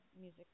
music